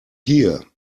hier